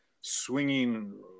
swinging